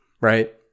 right